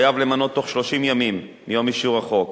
חייב למנות בתוך 30 ימים מיום אישור החוק